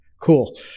Cool